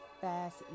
fast